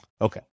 Okay